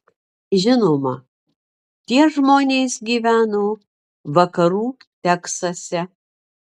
žinoma tie žmonės gyveno vakarų teksase